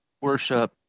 worship